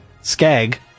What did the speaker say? Skag